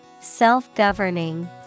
Self-governing